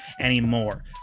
anymore